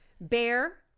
Bear